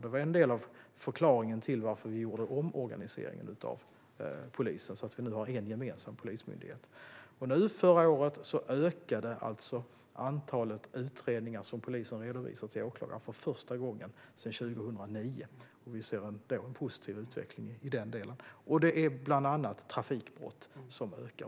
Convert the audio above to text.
Det var en del av förklaringen till att vi genomförde omorganiseringen av polisen så att vi nu har en enda gemensam polismyndighet. Förra året ökade antalet utredningar som polisen redovisade till åklagare för första gången sedan 2009. Vi ser alltså en positiv utveckling i den delen. Det är bland annat utredningar av trafikbrott som ökar.